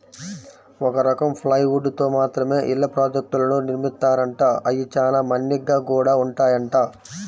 ఒక రకం ప్లైవుడ్ తో మాత్రమే ఇళ్ళ ప్రాజెక్టులను నిర్మిత్తారంట, అయ్యి చానా మన్నిగ్గా గూడా ఉంటాయంట